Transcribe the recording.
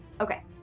Okay